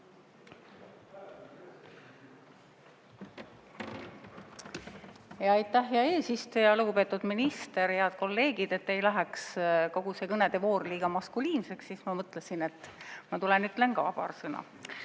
Aitäh, hea eesistuja! Lugupeetud minister! Head kolleegid! Et ei läheks kogu see kõnede voor liiga maskuliinseks, siis ma mõtlesin, et ma tulen ja ütlen ka paar sõna.